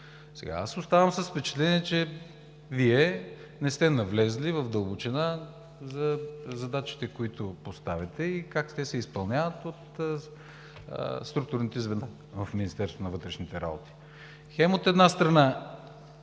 него. Оставам с впечатление, че Вие не сте навлезли в дълбочина за задачите, които поставяте и как те се изпълняват от структурните звена в Министерството на вътрешните работи. Хем от една страна